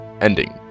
ending